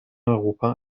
europa